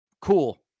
cool